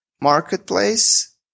marketplace